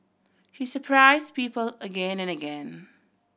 he surprise people again and again